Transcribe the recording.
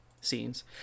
scenes